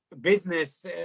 business